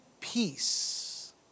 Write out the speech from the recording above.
peace